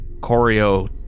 Corio